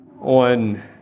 on